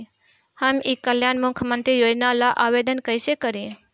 हम ई कल्याण मुख्य्मंत्री योजना ला आवेदन कईसे करी?